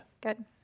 Good